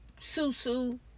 Susu